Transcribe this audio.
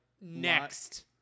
next